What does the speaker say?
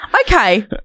Okay